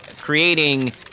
creating